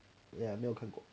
ya 没有看过